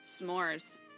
s'mores